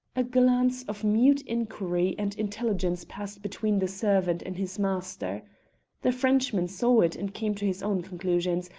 a glance of mute inquiry and intelligence passed between the servant and his master the frenchman saw it and came to his own conclusions,